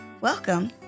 Welcome